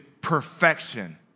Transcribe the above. perfection